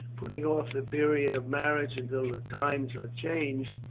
putting off the period of marriage until the times are changed,